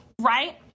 right